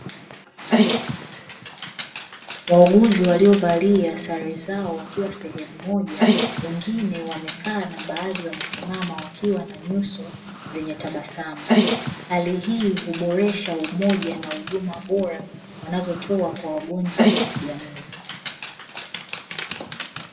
Wauguzi waliovalia sare zao wakiwa sehemu moja, wengine wamekaa na baadhi wamesimama wakiwa na nyuso zenye tabasamu. Hali hii huboresha umoja na huduma bora wanazotoa kwa wagonjwa na jamii.